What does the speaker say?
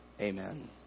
Amen